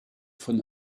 von